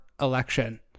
election